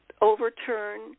overturn